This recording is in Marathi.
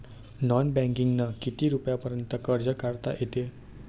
नॉन बँकिंगनं किती रुपयापर्यंत कर्ज काढता येते?